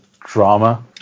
drama